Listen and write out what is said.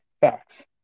facts